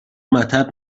مطب